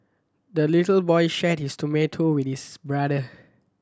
the little boy shared his tomato with his brother